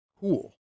cool